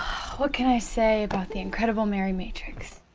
what can i say about the incredible mary matrix?